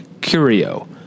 curio